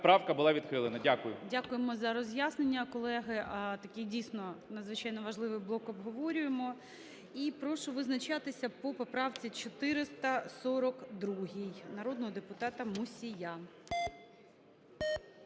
Дякуємо за роз'яснення. Колеги, таки, дійсно, надзвичайно важливий блок обговорюємо. І прошу визначатися по поправці 442 народного депутата Мусія.